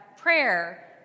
prayer